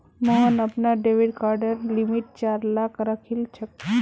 मोहन अपनार डेबिट कार्डेर लिमिट चार लाख राखिलछेक